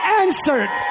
answered